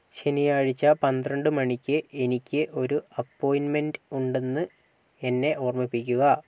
ശനിയാഴ്ച പന്ത്രണ്ട് മണിക്ക് എനിക്ക് ഒരു അപ്പോയിന്റ്മെന്റ് ഉണ്ടെന്ന് എന്നെ ഓർമ്മിപ്പിക്കുക